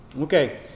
Okay